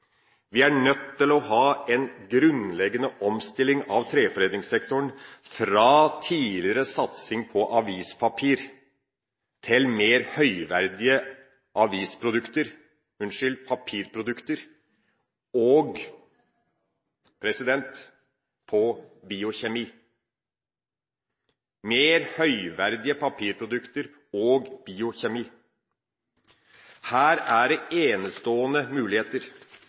Vi er nødt til å ha en grunnleggende omstilling av treforedlingssektoren fra tidligere satsing på avispapir til mer høyverdige papirprodukter og biokjemi – mer høyverdige papirprodukter og biokjemi! Her er det enestående muligheter.